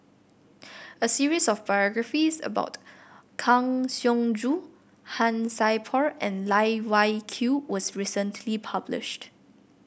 a series of biographies about Kang Siong Joo Han Sai Por and Loh Wai Kiew was recently published